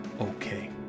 okay